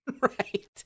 Right